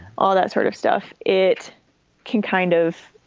all that sort of stuff, it can kind of